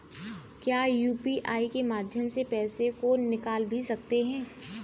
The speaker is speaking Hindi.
क्या यू.पी.आई के माध्यम से पैसे को निकाल भी सकते हैं?